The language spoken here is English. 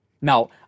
Now